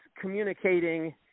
communicating